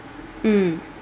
mm